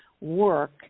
work